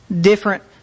different